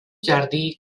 jardí